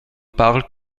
parle